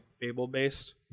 fable-based